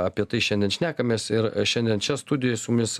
apie tai šiandien šnekamės ir šiandien čia studijoj su mumis